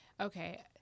Okay